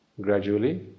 Gradually